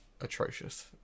atrocious